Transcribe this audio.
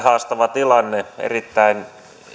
haastava tilanne erittäin